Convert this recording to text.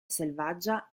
selvaggia